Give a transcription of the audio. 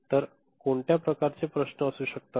तर कोणत्या प्रकारचे प्रश्न असू शकतात